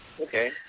Okay